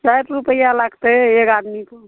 साठि रुपैआ लागतै एक आदमीपर